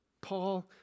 Paul